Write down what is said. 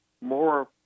more